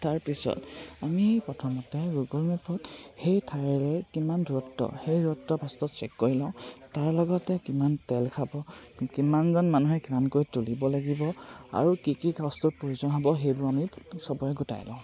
তাৰপিছত আমি প্ৰথমতে গুগল মেপত সেই ঠাইৰ কিমান দূৰত্ব সেই দূৰত্ব ফাৰ্ষ্টত চেক কৰি লওঁ তাৰ লগতে কিমান তেল খাব কিমানজন মানুহে কিমানকৈ তুলিব লাগিব আৰু কি কি বস্তুৰ প্ৰয়োজন হ'ব সেইবোৰ আমি সবৰে গোটাই লওঁ